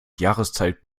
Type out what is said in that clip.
jahreszeit